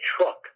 truck